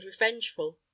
revengeful